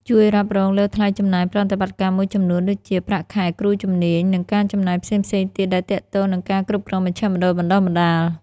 ជួយរ៉ាប់រងលើថ្លៃចំណាយប្រតិបត្តិការមួយចំនួនដូចជា ប្រាក់ខែគ្រូជំនាញ និងការចំណាយផ្សេងៗទៀតដែលទាក់ទងនឹងការគ្រប់គ្រងមជ្ឈមណ្ឌលបណ្តុះបណ្តាល។